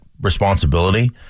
responsibility